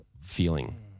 feeling